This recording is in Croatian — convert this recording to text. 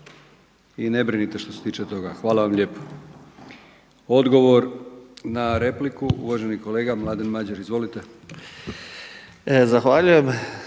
I ne brinite što se tiče toga. Hvala vam lijepo. Odgovor na repliku uvaženi kolega Mladen Madjer. Izvolite. **Madjer,